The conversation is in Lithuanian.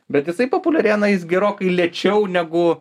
bet jisai populiarėja na jis gerokai lėčiau negu